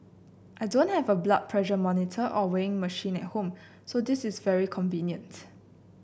I don't have a blood pressure monitor or weighing machine at home so this is very convenient